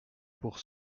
pour